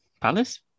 Palace